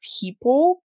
people